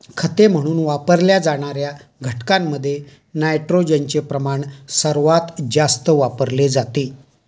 खते म्हणून वापरल्या जाणार्या घटकांमध्ये नायट्रोजनचे प्रमाण सर्वात जास्त वापरले जाते